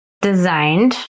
designed